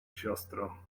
siostro